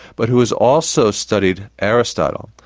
but who has also studied aristotle,